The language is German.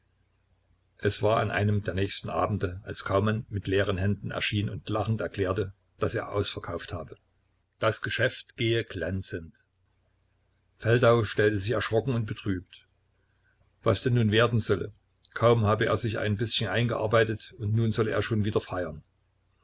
es war an einem der nächsten abende als kaumann mit leeren händen erschien und lachend erklärte daß er ausverkauft habe das geschäft gehe glänzend feldau stellte sich erschrocken und betrübt was denn nun werden solle kaum habe er sich ein bißchen eingearbeitet und nun solle er schon wieder feiern